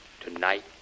Tonight